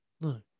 No